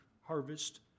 harvest